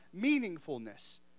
meaningfulness